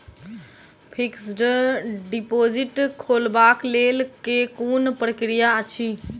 Fixed deposit खोलबाक लेल केँ कुन प्रक्रिया अछि?